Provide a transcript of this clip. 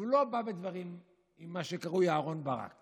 ולא בא בדברים עם מה שקרוי אהרן ברק